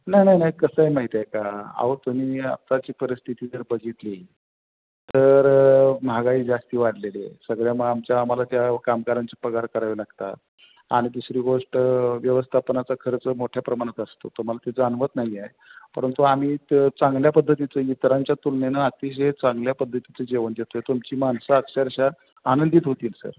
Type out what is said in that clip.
नाही नाही नाही कसं आहे माहिती आहे का अहो तुम्ही आत्ताची परिस्थिती जर बघितली तर महागाई जास्त वाढलेली आहे सगळ्या मग आमच्या आम्हाला त्या कामगारांचे पगार करावे लागतात आणि दुसरी गोष्ट व्यवस्थापनाचा खर्च मोठ्या प्रमाणात असतो तुम्हाला ते जाणवत नाही आहे परंतु आम्ही तर चांगल्या पद्धतीचं इतरांच्या तुलनेनं अतिशय चांगल्या पद्धतीचं जेवण देतो आहे तुमची माणसं अक्षरशः आनंदित होतील सर